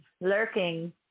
lurking